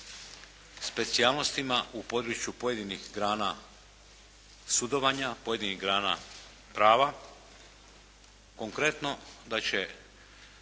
u području pojedinih grana sudovanja, pojedinih grana prava, konkretno da će